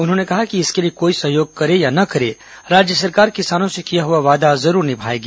उन्होंने कहा कि इसके लिए कोई सहयोग करे या न करे राज्य सरकार किसानों से किया हुआ वादा जरूर निमाएगी